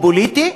או פוליטי,